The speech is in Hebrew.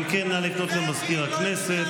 אם כן, נא לפנות למזכיר הכנסת.